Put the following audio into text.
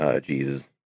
Jesus